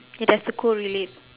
it has to correlate